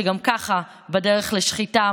שגם ככה הם בדרך לשחיטה,